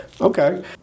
Okay